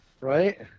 Right